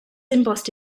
embossed